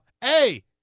hey